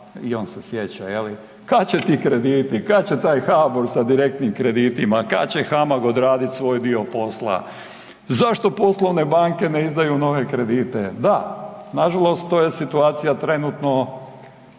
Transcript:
i on se sjeća, je li, kad će ti krediti, kad će taj HBOR sa direktnim kreditima kad će HAMAG odraditi svoj dio posla, zašto poslovne banke ne izdaju nove kredite, da, nažalost to je situacija trenutno